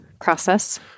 process